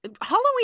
Halloween